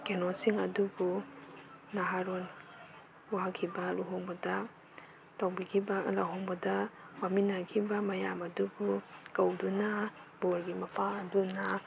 ꯀꯩꯅꯣꯁꯤꯡ ꯑꯗꯨꯕꯨ ꯅꯍꯥꯔꯣꯟ ꯋꯥꯈꯤꯕ ꯂꯨꯍꯣꯡꯕꯗ ꯇꯧꯕꯤꯒꯤꯕ ꯂꯍꯣꯡꯕꯗ ꯋꯥꯃꯤꯟꯅꯒꯤꯕ ꯃꯌꯥꯝ ꯑꯗꯨꯕꯨ ꯀꯧꯗꯨꯅ ꯕꯣꯔꯒꯤ ꯃꯄꯥ ꯑꯗꯨꯅ